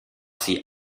sie